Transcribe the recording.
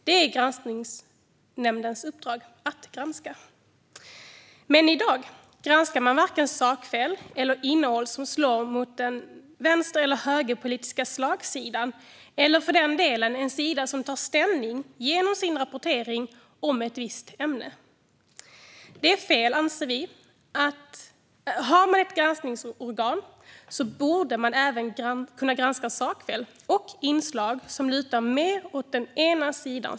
Det är granskningsnämndens uppdrag att granska. Men i dag granskar man varken sakfel eller innehåll med vänster eller högerpolitisk slagsida eller, för den delen, inslag som tar ställning genom sin rapportering om ett visst ämne. Det är fel, anser vi. Ett granskningsorgan borde även kunna granska sakfel och inslag som lutar mer åt den ena sidan.